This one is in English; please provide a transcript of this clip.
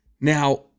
Now